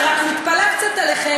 אני רק מתפלאה קצת עליכם,